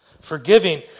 Forgiving